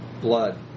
blood